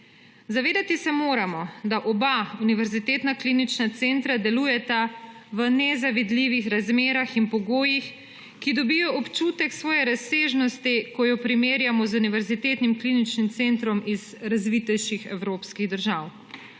Zavedati se moramo, da oba univerzitetna klinična centra delujeta v nezavidljivih razmerah in pogojih, ki dobijo občutek svoje razsežnosti, ko jo primerjamo z univerzitetnim kliničnim centrom iz razvitejših evropskih držav.